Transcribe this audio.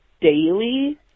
daily